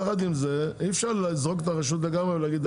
יחד עם זה, אי אפשר לזרוק את הרשות לגמרי.